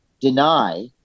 deny